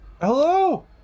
Hello